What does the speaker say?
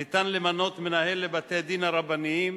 ניתן למנות מנהל לבתי-הדין הרבניים